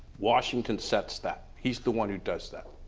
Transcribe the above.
washington sets that, he's the one who does that.